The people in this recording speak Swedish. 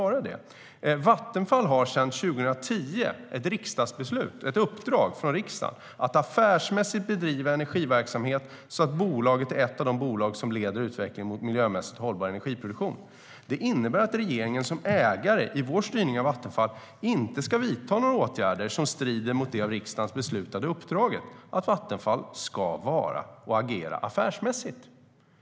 Vattenfall har sedan 2010 ett riksdagsbeslut, ett uppdrag från riksdagen, att affärsmässigt bedriva energiverksamhet på sådant sätt att det är ett av de bolag som leder utvecklingen mot miljömässigt hållbar energiproduktion. Det innebär att regeringen som ägare, i sin styrning av Vattenfall, inte ska vidta några åtgärder som strider mot det av riksdagen beslutade uppdraget att Vattenfall ska vara och agera affärsmässigt.